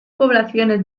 poblaciones